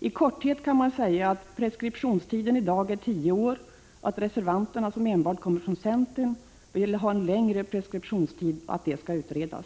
I korthet kan man säga att preskriptionstiden i dag är tio år och att reservanterna, som kommer enbart från centern, vill ha en längre preskriptionstid och att det skall utredas.